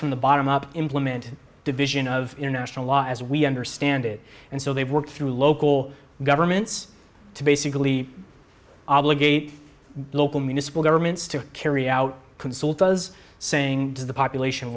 from the bottom up implement division of international law as we understand it and so they work through local governments to basically obligate local municipal governments to carry out consult does saying to the population